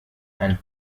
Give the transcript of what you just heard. and